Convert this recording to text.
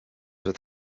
with